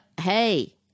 Hey